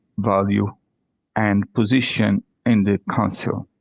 value and position in the council.